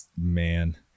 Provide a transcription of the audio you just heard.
Man